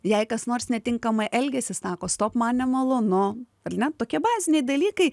jei kas nors netinkamai elgiasi sako stop man nemalonu ar ne tokie baziniai dalykai